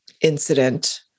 incident